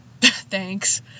thanks